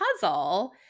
puzzle